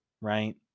right